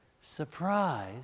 surprise